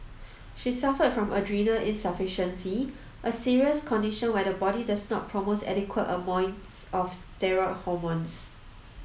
she suffered from adrenal insufficiency a serious condition where the body does not promotes adequate of steroid hormones